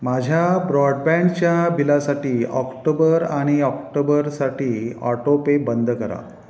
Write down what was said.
माझ्या ब्रॉडबँडच्या बिलासाठी ऑक्टोबर आणि ऑक्टोबरसाठी ऑटोपे बंद करा